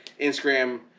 instagram